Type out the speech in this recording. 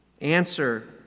Answer